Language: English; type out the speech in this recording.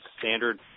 standard